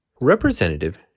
Representative